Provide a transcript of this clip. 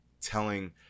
telling